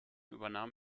übernahm